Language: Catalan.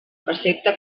precepte